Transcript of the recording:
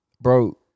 bro